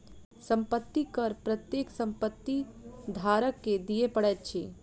संपत्ति कर प्रत्येक संपत्ति धारक के दिअ पड़ैत अछि